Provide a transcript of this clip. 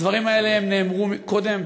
הדברים האלה נאמרו קודם,